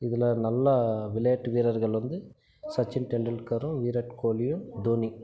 இதில் நல்லா விளையாட்டு வீரர்கள் வந்து சச்சின் டெண்டுல்கரும் விராட் கோலியும் தோனி